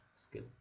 skill